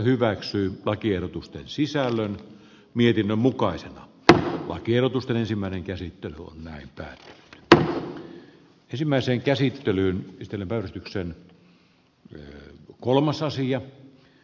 mutta se ei olisi mitenkään paha silloin ei ainakaan hoitoon tarvitsisi viedä niitä ihmisiä vaan he tekevät aidosti hyväntekeväisyyttä